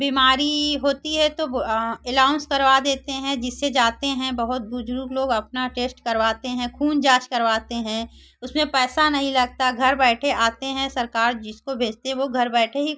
बीमारी होती है तो वह एलाउंस करवा देते हैं जिससे जाते हैं बहुत बुज़ुर्ग लोग अपना टेस्ट करवाते हैं ख़ून जाँच करवाते हैं उसमें पैसा नहीं लगता घर बैठे आते हैं सरकार जिसको भेजती है वह घर बैठ ही